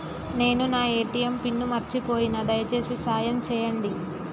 నేను నా ATM pin మర్చిపోయిన, దయచేసి సాయం చేయండి